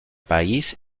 país